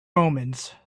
omens